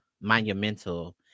monumental